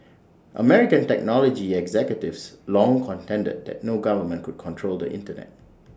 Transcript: American technology executives long contended that no government could control the Internet